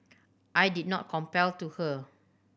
I did not compel to her